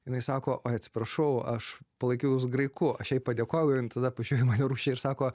jinai sako ai atsiprašau aš palaikiau jus graiku aš jai padėkojau ir jin tada pažiūrėjo į mane rūsčiai ir sako